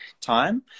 time